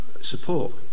support